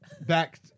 Back